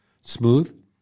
smooth